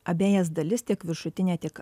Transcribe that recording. abejas dalis tiek viršutinę tiek